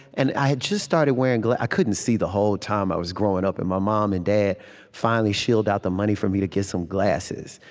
and i had just started wearing glasses. like i couldn't see, the whole time i was growing up, and my mom and dad finally shelled out the money for me to get some glasses.